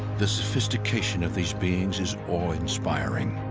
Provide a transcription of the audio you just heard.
the sophistication of these beings is awe-inspiring,